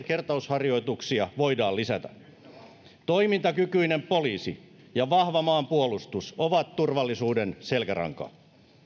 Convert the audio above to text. kertausharjoituksia voidaan lisätä toimintakykyinen poliisi ja vahva maanpuolustus ovat turvallisuuden selkäranka